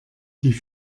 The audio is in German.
die